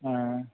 हूँ